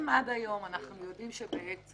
אם עד היום אנחנו יודעים שבעצם